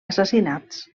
assassinats